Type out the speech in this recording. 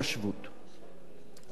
להפוך אותו לחוק-יסוד.